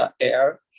air